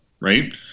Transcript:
right